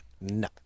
No